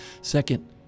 Second